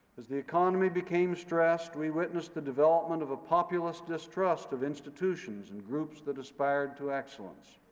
as the economy became stressed, we witnessed the development of a populist distrust of institutions and groups that aspired to excellence.